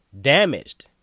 damaged